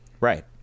Right